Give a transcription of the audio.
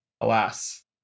Alas